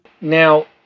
Now